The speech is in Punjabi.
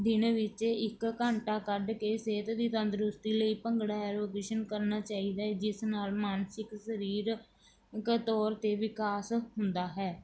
ਦਿਨ ਵਿੱਚ ਇੱਕ ਘੰਟਾ ਕੱਢ ਕੇ ਸਿਹਤ ਦੀ ਤੰਦਰੁਸਤੀ ਲਈ ਭੰਗੜਾ ਐਰੋਬਿਕਸ ਕਰਨਾ ਚਾਹੀਦਾ ਜਿਸ ਨਾਲ ਮਾਨਸਿਕ ਸਰੀਰਕ ਤੌਰ 'ਤੇ ਵਿਕਾਸ ਹੁੰਦਾ ਹੈ